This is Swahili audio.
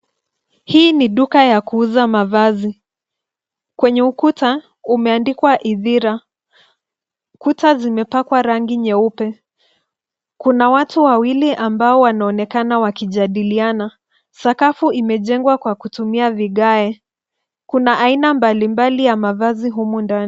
Hii ni duka ya kuuza mavazi. Kwenye ukuta umeandikwa Idhira. Kuta zimepakwa rangi nyeupe. Kuna watu wawili ambao wanaonekana wakijadiliana. Sakafu imejengwa kwa kutumia vigae. Kuna aina mbalimbali ya mavazi humu ndani.